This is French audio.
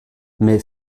mais